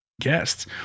guests